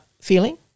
feeling